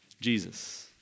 Jesus